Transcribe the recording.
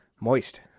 moist